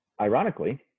Ironically